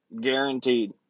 Guaranteed